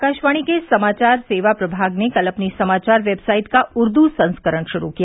आकाशवाणी के समाचार सेवा प्रभाग ने कल अपनी समाचार वेबसाइट का उर्द संस्करण शुरू किया